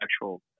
actual